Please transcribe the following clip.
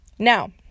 Now